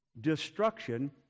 destruction